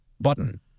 button